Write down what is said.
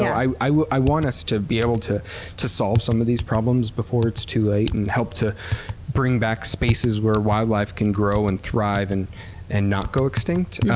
i i want us to be able to to solve some of these problems before it's too late and help to bring back spaces where wildlife can grow and thrive and and not go extinct.